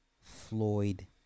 Floyd